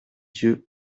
dieu